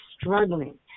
struggling